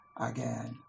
again